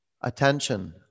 attention